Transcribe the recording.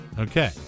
Okay